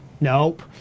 Nope